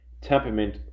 temperament